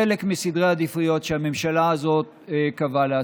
חלק מסדרי העדיפויות שהממשלה הזאת קבעה לעצמה,